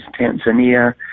Tanzania